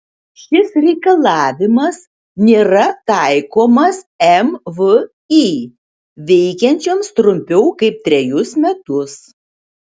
šis reikalavimas nėra taikomas mvį veikiančioms trumpiau kaip trejus metus